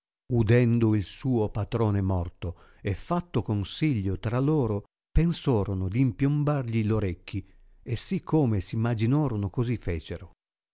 udendo il suo patrone morto e fatto consiglio tra loro pensorono d'impiombargli l'orecchi e si come s imaginorono così fecero